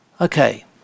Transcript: Okay